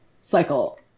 cycle